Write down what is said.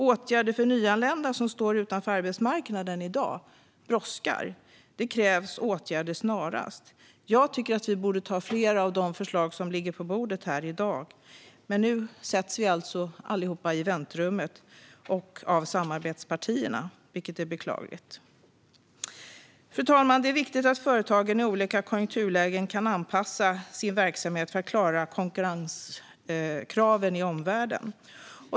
Åtgärder för nyanlända som står utanför arbetsmarknaden i dag brådskar. Det krävs åtgärder snarast. Jag tycker att vi borde anta flera av de förslag som i dag ligger på bordet. Nu sätts vi allihop i väntrummen av samarbetspartierna, vilket är beklagligt. Fru talman! Det är viktigt att företagen i olika konjunkturlägen kan anpassa sin verksamhet för att klara konkurrenskraven i omvärlden.